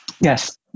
Yes